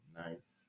nice